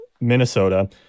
Minnesota